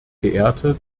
geehrte